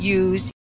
use